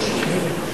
לא פשוט.